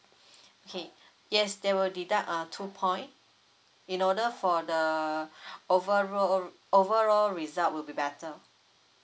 okay yes they will deduct uh two point in order for the uh overall overall result would be better